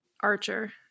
Archer